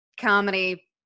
comedy